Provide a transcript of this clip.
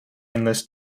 endless